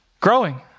growing